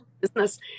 business